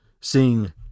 Sing